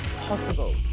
possible